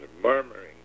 murmuring